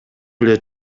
эле